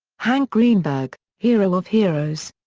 hank greenberg hero of heroes.